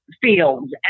fields